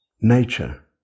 nature